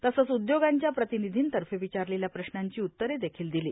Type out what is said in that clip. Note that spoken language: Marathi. तसंच उदयोगांच्या प्रतिनिधींतर्फे विचारलेल्या प्रश्नांची उत्तरे देखील दिली